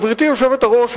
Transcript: גברתי היושבת-ראש,